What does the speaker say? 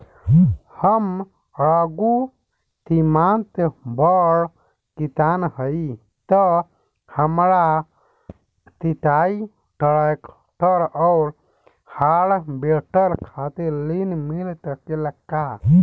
हम लघु सीमांत बड़ किसान हईं त हमरा सिंचाई ट्रेक्टर और हार्वेस्टर खातिर ऋण मिल सकेला का?